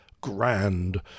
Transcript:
Grand